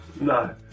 No